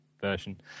version